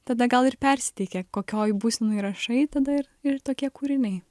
tada gal ir persiteikia kokioj būsenoj rašai tada ir ir tokie kūriniai